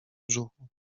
brzuchu